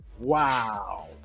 Wow